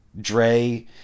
Dre